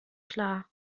klar